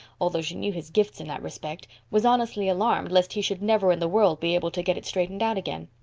although she knew his gifts in that respect, was honestly alarmed lest he should never in the world be able to get it straightened out again.